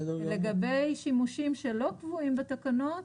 לגבי שימושים שלא קבועים בתקנות,